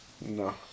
no